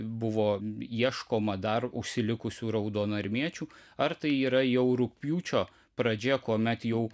buvo ieškoma dar užsilikusių raudonarmiečių ar tai yra jau rugpjūčio pradžia kuomet jau